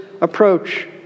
approach